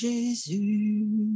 Jésus